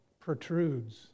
protrudes